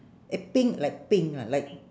eh pink like pink lah like